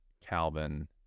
calvin